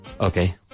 Okay